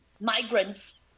migrants